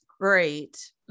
great